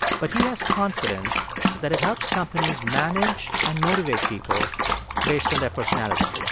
but he has confidence that it helps companies manage and motivate people based on their personality.